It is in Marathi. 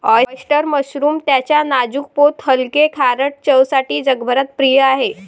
ऑयस्टर मशरूम त्याच्या नाजूक पोत हलके, खारट चवसाठी जगभरात प्रिय आहे